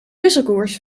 wisselkoers